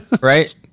right